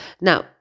Now